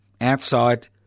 outside